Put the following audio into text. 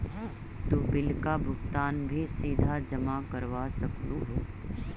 तु बिल का भुगतान भी सीधा जमा करवा सकलु हे